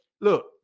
look